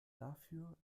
dafür